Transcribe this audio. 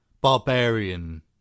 barbarian